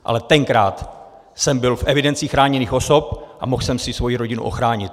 Ale tenkrát jsem byl v evidenci chráněných osob a mohl jsem si svoji rodinu ochránit.